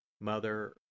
Mother